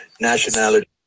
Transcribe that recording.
nationality